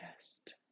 chest